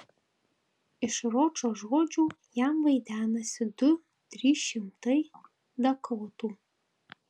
iš ročo žodžių jam vaidenasi du trys šimtai dakotų